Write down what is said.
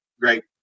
great